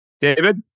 David